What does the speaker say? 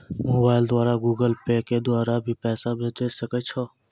Mobile द्वारा Google Pay के द्वारा भी पैसा भेजै सकै छौ?